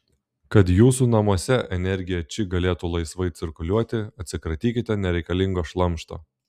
kad jūsų namuose energija či galėtų laisvai cirkuliuoti atsikratykite nereikalingo šlamšto